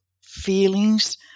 feelings